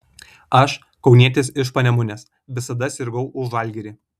aš kaunietis iš panemunės visada sirgau už žalgirį